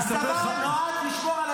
הצבא נועד לשמור על הילדים שלנו.